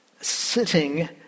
Sitting